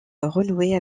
renouer